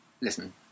Listen